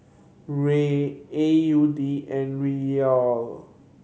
Riel A U D and Riyal